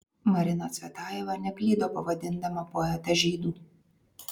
marina cvetajeva neklydo pavadindama poetą žydu